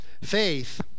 faith